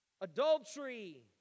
Adultery